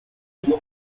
with